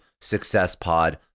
successpod